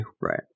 Right